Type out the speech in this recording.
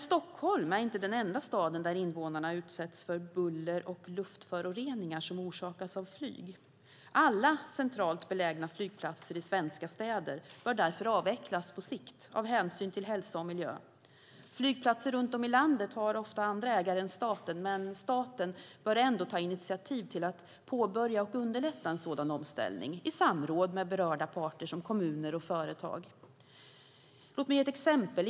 Stockholm är inte den enda staden där invånarna utsätts för buller och luftföroreningar som orsakas av flyg. Alla centralt belägna flygplatser i svenska städer bör därför avvecklas på sikt av hänsyn till hälsa och miljö. Flygplatser runt om i landet har ofta andra ägare än staten, men staten bör ändå ta initiativ till att påbörja och underlätta en sådan omställning i samråd med berörda parter som kommuner och företag. Låt mig ge ett exempel.